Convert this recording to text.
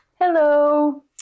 hello